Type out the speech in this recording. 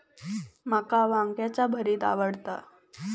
माका वांग्याचे भरीत आवडता